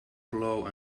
blow